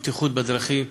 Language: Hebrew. לבטיחות בדרכים,